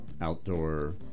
outdoor